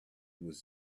was